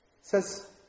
says